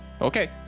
Okay